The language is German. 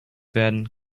werden